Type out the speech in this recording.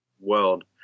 world